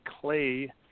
Clay